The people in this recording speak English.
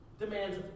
demands